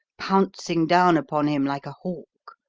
pouncing down upon him like a hawk.